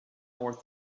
thing